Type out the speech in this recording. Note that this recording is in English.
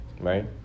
Right